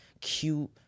cute